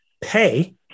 Pay